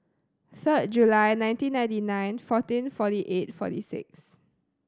third July nineteen ninety nine fourteen forty eight forty six